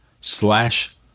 slash